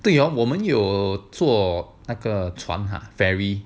对 hor 我们有坐那个船啊:wo men you zuo na ge chuan ah ferry